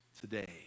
today